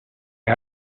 the